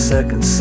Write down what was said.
Second